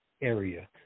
area